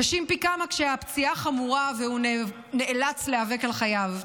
קשים פי כמה כשהפציעה חמורה והוא נאלץ להיאבק על חייו.